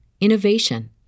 innovation